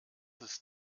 ist